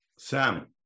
Sam